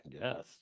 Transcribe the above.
Yes